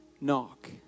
knock